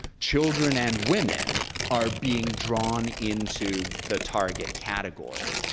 children and women are being drawn into the target category.